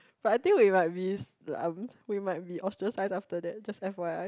but I think we might be we might be ostracize after that just f_y_i